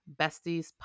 besties